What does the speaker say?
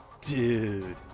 dude